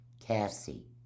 Cassie